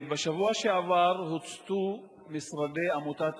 בשבוע שעבר הוצתו משרדי עמותת "אג'יק",